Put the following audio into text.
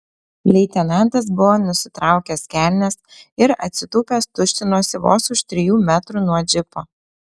leitenantas buvo nusitraukęs kelnes ir atsitūpęs tuštinosi vos už trijų metrų nuo džipo